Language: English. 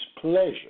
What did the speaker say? pleasure